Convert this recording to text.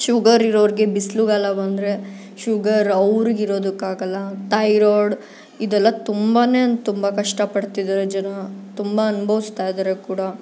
sugar ಇರೋರಿಗೆ ಬಿಸಿಲುಗಾಲ ಬಂದರೆ ಶುಗರ್ ಅವ್ರಿಗೆ ಇರೋದಕ್ಕಾಗಲ್ಲ ಥೈರೊಡ್ ಇದೆಲ್ಲ ತುಂಬಾ ಅನ್ ತುಂಬ ಕಷ್ಟ ಪಡ್ತಿದ್ದಾರೆ ಜನ ತುಂಬ ಅನ್ಭೌಸ್ತಾ ಇದ್ದಾರೆ ಕೂಡ